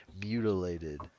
mutilated